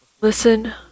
listen